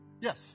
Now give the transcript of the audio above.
Yes